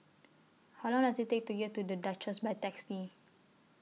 How Long Does IT Take to get to The Duchess By Taxi